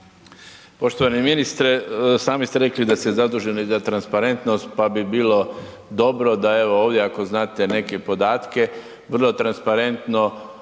Poštovani ministre, sami ste rekli da .../Govornik se ne razumije./... zaduženi i da je transparentnost pa bi bilo dobro da evo ovdje ako znate neke podatke vrlo transparentno